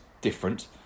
different